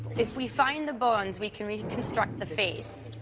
if we find the bones, we can reconstruct the face.